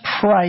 pray